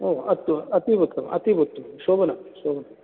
ओ अस्तु अतीव उत्तमम् अतीव उत्तमं शोभनं शोभनम्